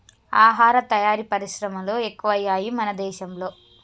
ఆహార తయారీ పరిశ్రమలు ఎక్కువయ్యాయి మన దేశం లో